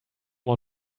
more